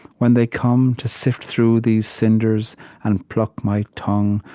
when they come to sift through these cinders and pluck my tongue,